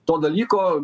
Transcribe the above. to dalyko